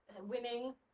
winning